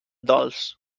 dolç